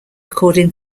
according